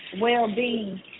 well-being